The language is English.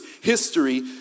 history